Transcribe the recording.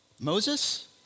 Moses